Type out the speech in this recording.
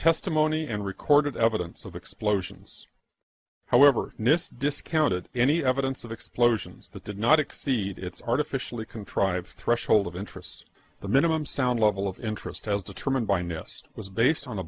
testimony and recorded evidence of explosions however nist discounted any evidence of explosions that did not exceed its artificially contrived threshold of interest the minimum sound level of interest as determined by ness was based on a